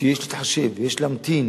שיש להתחשב ויש להמתין,